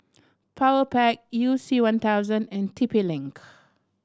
Powerpac You C One thousand and T P Link